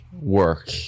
work